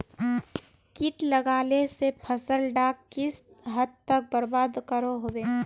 किट लगाले से फसल डाक किस हद तक बर्बाद करो होबे?